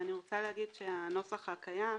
אני רוצה להגיד שהנוסח הקיים,